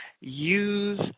Use